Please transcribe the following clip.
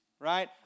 right